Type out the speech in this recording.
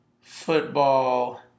football